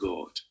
God